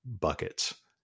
buckets